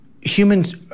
humans